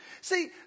See